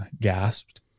gasped